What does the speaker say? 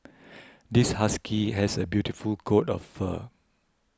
this husky has a beautiful coat of fur